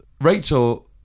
Rachel